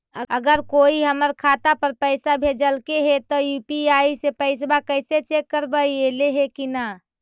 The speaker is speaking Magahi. अगर कोइ हमर खाता पर पैसा भेजलके हे त यु.पी.आई से पैसबा कैसे चेक करबइ ऐले हे कि न?